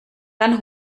dann